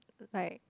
like